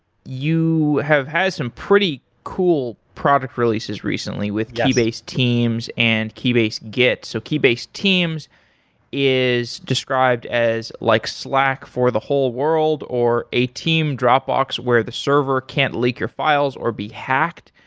you have had some pretty cool product releases recently with keybase teams and keybase git. so keybase teams is described as like slack for the whole world, or a team dropbox where the server can't leak your files or be hacked.